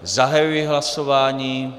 Zahajuji hlasování.